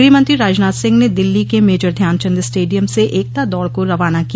गृहमंत्री राजनाथ सिंह ने दिल्ली के मेजर ध्यानचंद स्टेडियम से एकता दौड़ को रवाना किया